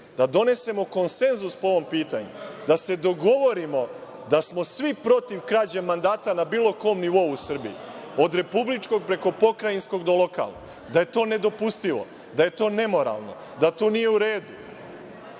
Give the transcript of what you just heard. da donesemo konsenzus po ovom pitanju, da se dogovorimo da smo svi protiv krađe mandata, na bilo kom nivou u Srbiji, od republičkog, preko pokrajinskog, do lokalnog, da je to nedopustivo, da je to nemoralno, da to nije u redu